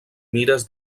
mires